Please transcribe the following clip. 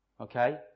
Okay